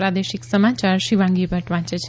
પ્રાદેશિક સમાચાર શિવાંગી ભદ્દ વાંચે છે